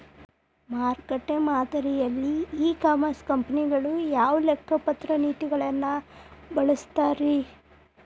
ಮಾರುಕಟ್ಟೆ ಮಾದರಿಯಲ್ಲಿ e commerce ಕಂಪನಿಗಳು ಯಾವ ಲೆಕ್ಕಪತ್ರ ನೇತಿಗಳನ್ನ ಬಳಸುತ್ತಾರಿ?